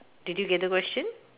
did you get the question